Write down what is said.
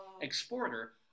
exporter